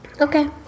Okay